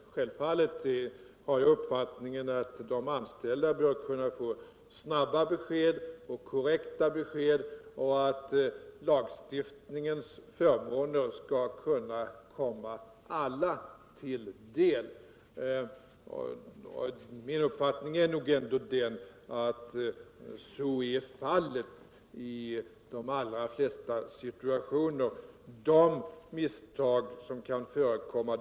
Herr talman! Självfallet har jag uppfattningen att de anställda bör få snabba och korrekta besked och att lagstiftningens förmåner skall komma alla till del. Min uppfattning är nog ändå att så är fallet i de allra flesta situationer. De misstag som kan förekomma.